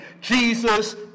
Jesus